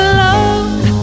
love